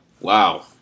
wow